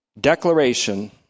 declaration